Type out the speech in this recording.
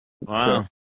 Wow